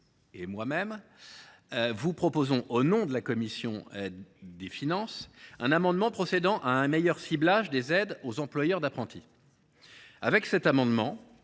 et moi même vous proposons, au nom de la commission des finances, un amendement tendant à améliorer le ciblage des aides aux employeurs d’apprentis. Si cet amendement